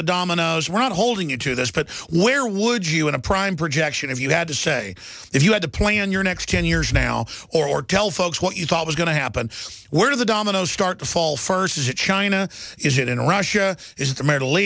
the dominoes right holding you to this but where would you in a prime projection if you had to say if you had to plan your next ten years now or tell folks what you thought was going to happen where the dominoes start to fall first is it china is it in russia is